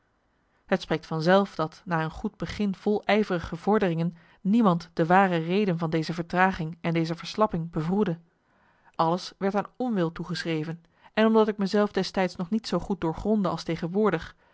het spreekt van zelf dat na een goed begin vol ijverige vorderingen niemand de ware reden van deze vertraging en deze verslapping bevroedde alles werd aan onwil toegeschreven en omdat ik me zelf destijds nog niet zoo goed doorgrondde als tegenwoordig